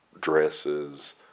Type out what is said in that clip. dresses